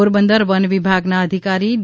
પોરબંદર વન વિભાગના અધિકારી ડી